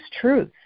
truth